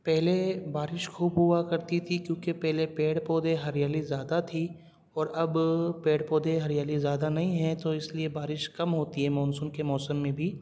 پہلے بارش خوب ہوا کرتی تھی کیونکہ پہلے پیڑ پودے ہریالی زیادہ تھی اور اب پیڑ پودے ہریالی زیادہ نہیں ہے تو اس لیے بارش کم ہوتی ہے مانسون کے موسم میں بھی